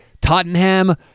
Tottenham